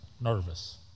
nervous